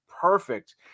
perfect